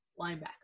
linebacker